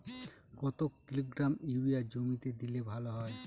কত kilogram urea জমিতে দিলে ভালো হয়?